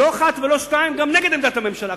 לא אחת ולא שתיים גם נגד עמדת הממשלה,